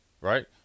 Right